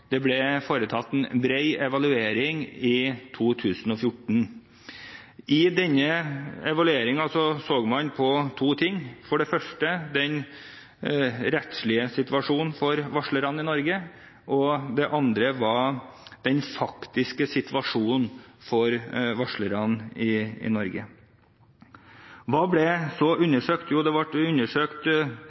2014. I denne evalueringen så man på to ting. For det første så man på den rettslige situasjonen for varslerne i Norge, og for det andre så man på den faktiske situasjonen for varslerne i Norge. Hva ble så undersøkt? Jo, det ble undersøkt